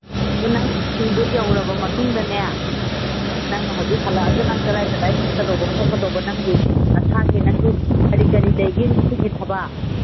ꯑꯗꯨ ꯅꯪ ꯁ꯭ꯀꯨꯜꯗꯣ ꯌꯧꯔꯕ ꯃꯇꯨꯡꯗꯅꯦ ꯅꯪ ꯍꯧꯖꯤꯛ ꯍꯜꯂꯛꯑꯒ ꯅꯪ ꯀꯔꯥꯏ ꯀꯔꯥꯏ ꯆꯠꯀꯗꯧꯕ ꯈꯣꯠꯀꯗꯧꯕ ꯅꯪꯒꯤ ꯅꯁꯥꯒꯤ ꯅꯪꯒꯤ ꯀꯔꯤ ꯀꯔꯤ ꯂꯩꯒꯦ ꯉꯁꯤꯒꯤ ꯊꯕꯛ